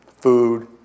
food